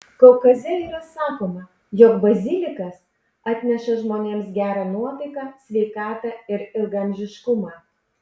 kaukaze yra sakoma jog bazilikas atneša žmonėms gerą nuotaiką sveikatą ir ilgaamžiškumą